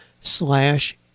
slash